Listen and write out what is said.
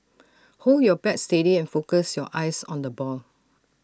hold your bat steady and focus your eyes on the ball